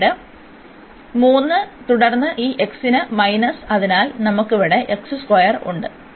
പിന്നീട് 3 തുടർന്ന് ഈ x ന് മൈനസ് അതിനാൽ നമുക്ക് ഇവിടെ ഉണ്ട്